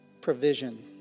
provision